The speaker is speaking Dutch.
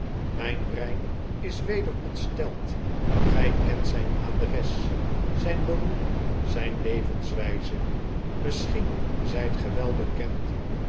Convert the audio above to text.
mijn brein is weder ontsteld gy kent zijn adres zyn beroep zine levenswyze misschien zyt ge wel bekend